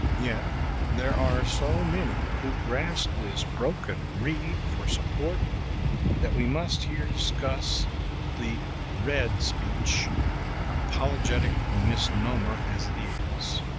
yet there are so many who grasp this broken reed for support that we must here discuss the read speech apologetic misnomer as it is.